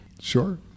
Sure